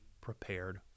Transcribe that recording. prepared